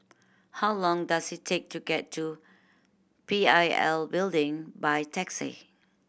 how long does it take to get to P I L Building by taxi